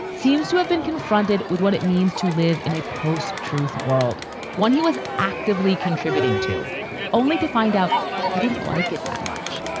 seems to have been confronted with what it means to live in a post truth world when he was actively contributing to only to find out he didn't like it that much.